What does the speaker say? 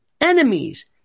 enemies